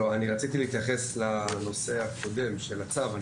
רציתי להתייחס לנושא הקודם של הצו.